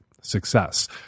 success